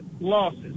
losses